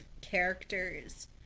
characters